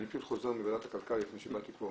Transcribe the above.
אני פשוט חוזר מוועדת הכלכלה לפני שבאתי לפה,